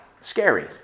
Scary